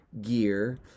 gear